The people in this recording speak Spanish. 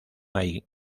hay